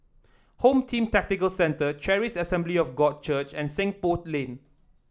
Home Team Tactical Centre Charis Assembly of God Church and Seng Poh Lane